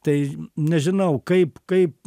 tai nežinau kaip kaip